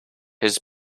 his